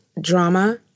drama